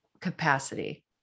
capacity